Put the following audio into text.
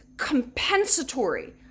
compensatory